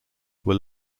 were